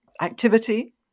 activity